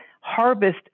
Harvest